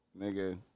Nigga